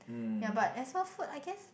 ya but as well food I guess